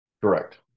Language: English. correct